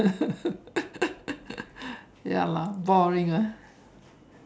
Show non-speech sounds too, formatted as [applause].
[laughs] ya lah boring lah